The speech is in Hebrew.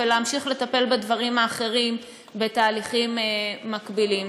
ולהמשיך לטפל בדברים האחרים בתהליכים מקבילים.